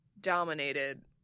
dominated